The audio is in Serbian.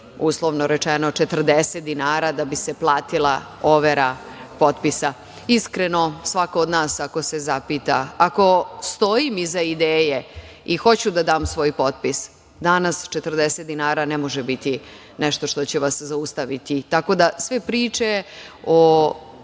uslovno rečeno, 40 dinara da bi se platila overa potpisa. Iskreno, svako od nas ako se zapita, ako stojim iza ideje i hoću da dam svoj potpis, danas 40 dinara ne može biti nešto što će vas zaustaviti. Tako da sve priče o